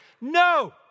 No